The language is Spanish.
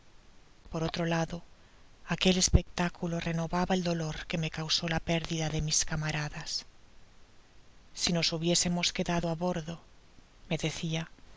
por otro lado aquel espectáculo renovaba el dolor que me causó la perdida de mis camaradas si nos hubiésemos quedado á bordo me decía